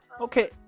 okay